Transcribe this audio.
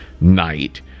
night